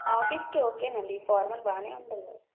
ఆఫీస్కి ఓకేనండి ఫార్మల్స్ బాగానే ఉంటాయా